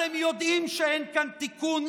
אתם יודעים שאין כאן תיקון,